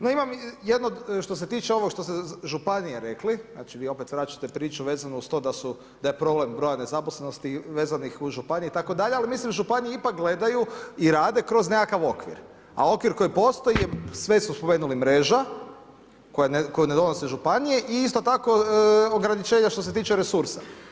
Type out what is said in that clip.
No imam, jedno, što se tiče ovog što ste županija rekli, znači vi opet vraćate priču vezano uz to da su, da je problem broja nezaposlenosti, vezanih uz županije, itd. ali mislim županije ipak gledaju i rade kroz nekakav okvir, a okvir koji postoji, sve su spomenuli mreža, koja ne donose županije i isto tako ograničenja što se tiče resursa.